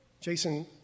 Jason